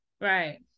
Right